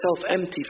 self-empty